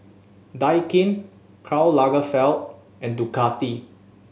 Daikin Karl Lagerfeld and Ducati